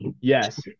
Yes